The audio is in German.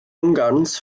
ungarns